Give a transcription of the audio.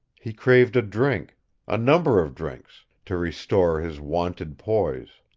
he craved a drink a number of drinks to restore his wonted poise.